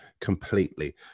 completely